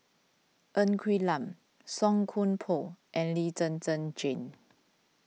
Ng Quee Lam Song Koon Poh and Lee Zhen Zhen Jane